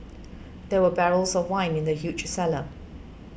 there were barrels of wine in the huge cellar